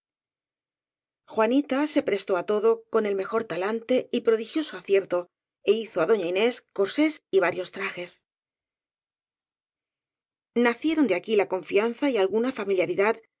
juanita se prestó á todo con el mejor talante y prodigioso acierto é hizo á doña inés corsés y va rios trajes nacieron de aquí la confianza y alguna